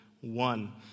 one